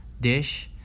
dish